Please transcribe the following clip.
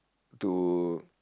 to